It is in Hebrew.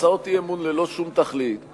הצעות אי-אמון ללא שום תכלית,